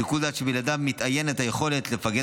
שיקול דעת שבלעדיו מתאיינת היכולת לפקד